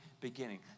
beginning